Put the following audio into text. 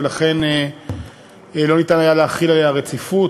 ולכן לא היה אפשר להחיל עליה רציפות.